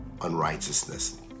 unrighteousness